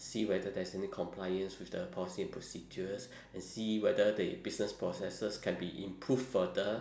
see whether there is any compliance with the policy and procedures and see whether the business processes can be improved further